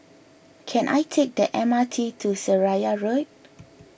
can I take the M R T to Seraya Road